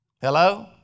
Hello